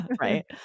right